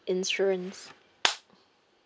insurance